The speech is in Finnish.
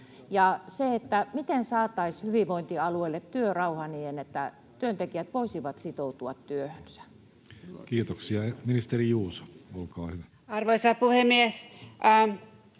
Ja miten saataisiin hyvinvointialueille työrauha niin, että työntekijät voisivat sitoutua työhönsä. Kiitoksia. — Ministeri Juuso, olkaa hyvä. Arvoisa puhemies!